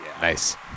Nice